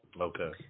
Okay